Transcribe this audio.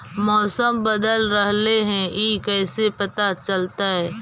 मौसम बदल रहले हे इ कैसे पता चलतै?